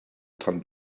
tan